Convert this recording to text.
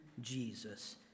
Jesus